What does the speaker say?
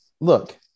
look